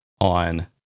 on